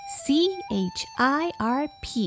chirp